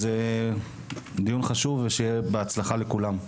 זה דיון חשוב ושיהיה בהצלחה לכולם.